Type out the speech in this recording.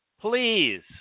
Please